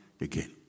again